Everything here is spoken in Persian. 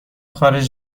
خارج